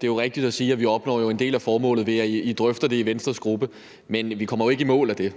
Det er rigtigt at sige, at vi opnår en del af det, der var formålet, ved at I drøfter det i Venstres gruppe, men vi kommer jo ikke i mål af det.